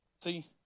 See